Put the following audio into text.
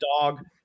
Dog